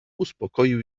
uspokoił